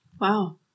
Wow